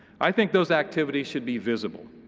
i think those activities should be visible.